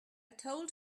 told